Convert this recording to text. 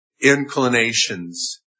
inclinations